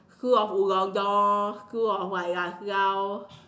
school of school of like Lasalle